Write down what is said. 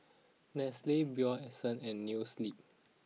Nestle Bio Essence and Noa Sleep